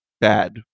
bad